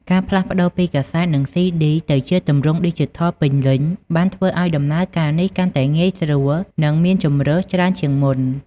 ការផ្លាស់ប្តូរពីកាសែត និងស៊ីឌី ទៅជាទម្រង់ឌីជីថលពេញលេញ បានធ្វើឱ្យដំណើរការនេះកាន់តែងាយស្រួល និងមានជម្រើសច្រើនជាងមុន។